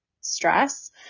stress